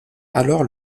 alors